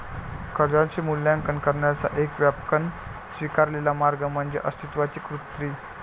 कर्जाचे मूल्यांकन करण्याचा एक व्यापकपणे स्वीकारलेला मार्ग म्हणजे अस्तित्वाची कृती